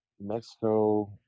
Mexico